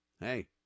hey